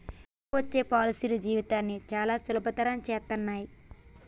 కొత్తగా వచ్చే పాలసీలు జీవితాన్ని చానా సులభతరం చేత్తన్నయి